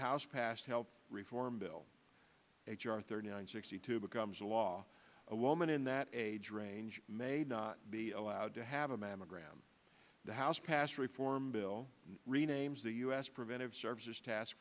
house passed health reform bill h r thirty nine sixty two becomes a law a woman in that age range may not be allowed to have a mammogram the house passed reform bill renames the u s preventive services task